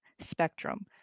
spectrum